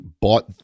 bought